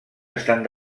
estan